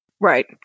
Right